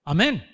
Amen